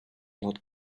not